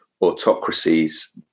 autocracies